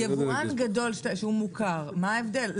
יבואן גדול שהוא מוכר, מה ההבדל?